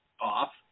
off